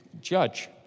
judge